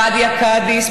פאדיה קדיס,